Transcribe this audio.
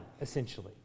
essentially